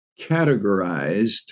categorized